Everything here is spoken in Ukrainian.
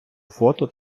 фото